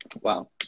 wow